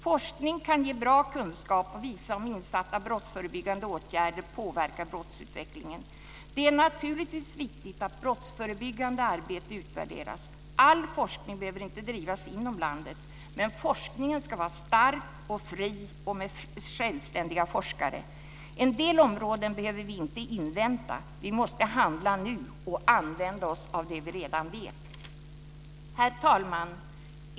Forskning kan ge bra kunskap och visa om insatta brottsförebyggande åtgärder påverkar brottsutvecklingen. Det är naturligtvis viktigt att brottsförebyggande arbete utvärderas. All forskning behöver inte drivas inom landet, men forskningen ska vara stark och fri med självständiga forskare. En del områden behöver vi inte invänta. Vi måste handla nu och använda oss av det vi redan vet. Herr talman!